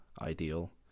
ideal